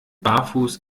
barfuß